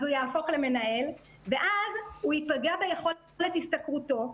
אז הוא יהפוך למנהל ואז הוא ייפגע ביכולת השתכרותו,